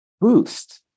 Boost